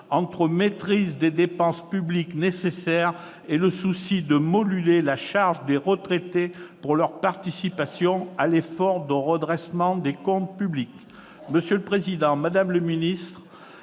maîtrise des dépenses publiques et le souci de moduler la charge des retraités dans le cadre de leur participation à l'effort de redressement des comptes publics. Monsieur le président, madame la ministre,